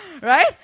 Right